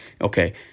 Okay